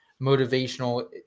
motivational